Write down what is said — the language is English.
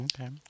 Okay